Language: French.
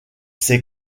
ses